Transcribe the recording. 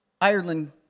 Ireland